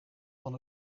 van